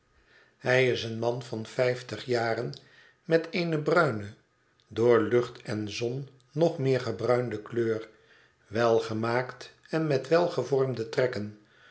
hij is een man van vijftig jaren met eene bruine door lucht en zon nog meer gebruinde kleur welgemaakt en met welgevormde trekken